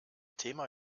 thema